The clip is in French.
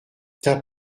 t’as